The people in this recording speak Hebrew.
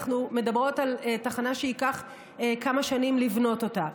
אנחנו מדברות על תחנה שייקח כמה שנים לבנות אותה.